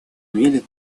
имели